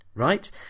right